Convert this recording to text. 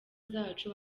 zacu